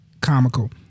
Comical